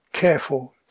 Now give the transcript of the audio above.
careful